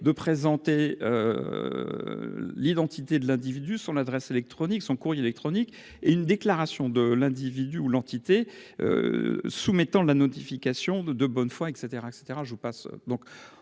de présenter l'identité de l'individu, son l'adresse électronique son courrier électronique et une déclaration de l'individu ou l'entité soumettant la notification de de bonne foi et